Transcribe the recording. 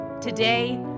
Today